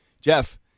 Jeff